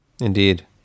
Indeed